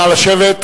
נא לשבת.